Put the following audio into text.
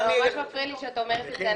ממש מפריע לי שאתה אומר את זה,